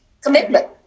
Commitment